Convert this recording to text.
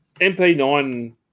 mp9